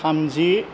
थामजि